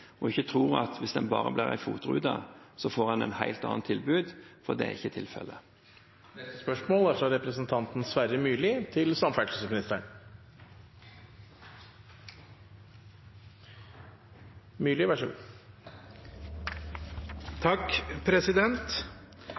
og ikke tror at hvis det bare blir en FOT-rute, får en et helt annet tilbud, for det er ikke tilfellet.